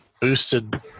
boosted